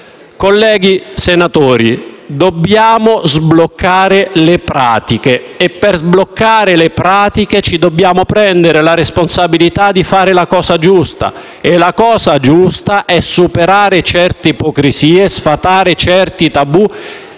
Colleghi senatori, dobbiamo sbloccare le pratiche e, per sbloccare le pratiche, ci dobbiamo prendere la responsabilità di fare la cosa giusta. La cosa giusta è superare certe ipocrisie, sfatare certi tabù